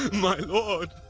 my lord,